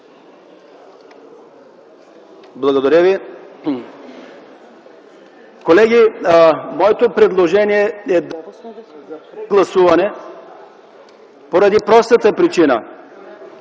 Благодаря Ви. Колеги, моето предложение е за прегласуване, поради простата причина